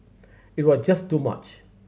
it was just too much